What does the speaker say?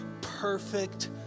perfect